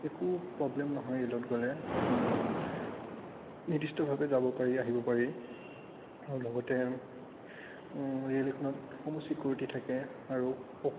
একো প্ৰব্লেম নহয় ৰে'লত গ'লে নিৰ্দিষ্টভাৱে যাব পাৰি আহিব পাৰি আৰু লগতে ৰে'ল এখনত সমূহ ছিকিউৰিটী থাকে আৰু সক